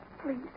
Please